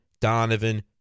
Donovan